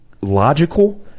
logical